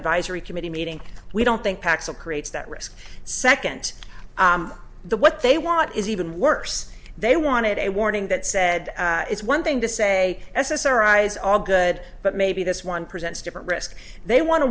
advisory committee meeting we don't think paxil creates that risk second the what they want is even worse they wanted a warning that said it's one thing to say as our eyes are good but maybe this one presents different risk they want